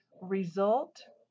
Result